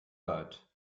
leid